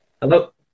Hello